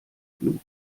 blut